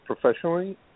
professionally